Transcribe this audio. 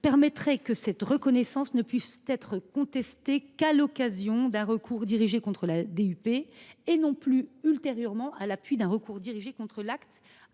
pour effet que cette reconnaissance ne pourra être contestée qu’à l’occasion d’un recours dirigé contre la DUP et non plus, ultérieurement, à l’appui d’un recours dirigé contre l’acte